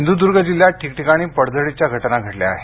सिंधुदुर्ग जिल्ह्यात ठिकठिकाणी पडझडीच्या घटना घडल्या आहेत